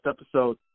episode